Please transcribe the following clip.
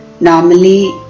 normally